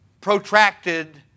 protracted